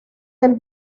del